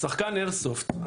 שחקני האיירסופט,